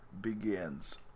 begins